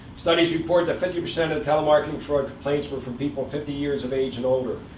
studies report that fifty percent of telemarketing fraud complaints were from people fifty years of age and older.